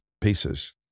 pieces